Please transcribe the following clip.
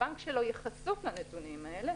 הבנק שלו יהיה חשוף לנתונים האלה,